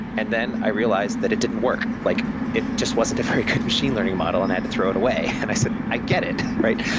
and then i realized that it didn't work. like it just wasn't a very good machine learning model and i had to throw it away. and i said, i get it, right?